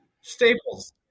Staples